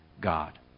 God